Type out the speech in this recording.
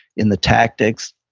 in the tactics,